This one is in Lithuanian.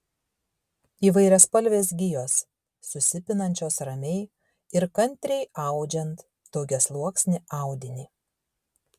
įvairiaspalvės gijos susipinančios ramiai ir kantriai audžiant daugiasluoksnį audinį